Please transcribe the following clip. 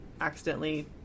accidentally